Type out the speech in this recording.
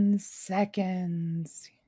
seconds